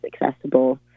accessible